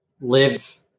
live